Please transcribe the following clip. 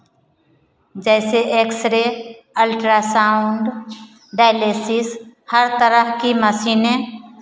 जैसे X ray ultrasound dialysis हर तरह की मशीनें